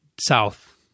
south